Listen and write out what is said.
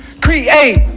Create